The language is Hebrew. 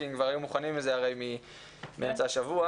כי הם כבר היו מוכנים לזה מאמצע השבוע.